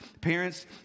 Parents